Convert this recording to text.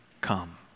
come